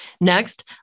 Next